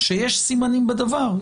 שיש סימנים בדבר,